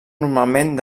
normalment